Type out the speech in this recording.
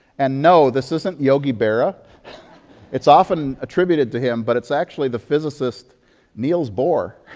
and no, this isn't yogi but it's often attributed to him, but it's actually the physicist niels bohr.